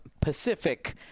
pacific